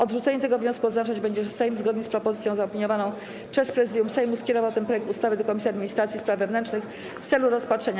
Odrzucenie tego wniosku oznaczać będzie, że Sejm, zgodnie z propozycją zaopiniowaną przez Prezydium Sejmu, skierował ten projekt ustawy do Komisji Administracji i Spraw Wewnętrznych w celu rozpatrzenia.